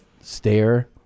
stare